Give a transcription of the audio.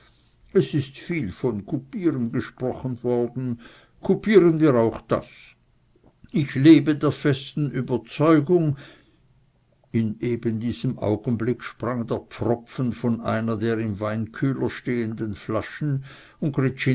es ist so viel von kupieren gesprochen worden kupieren wir auch das ich lebe der festen überzeugung in eben diesem augenblicke sprang der pfropfen von einer der im weinkühler stehenden flaschen